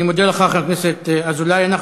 אני מודה לך, חבר הכנסת אזולאי.